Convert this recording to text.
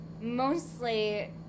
Mostly